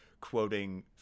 quoting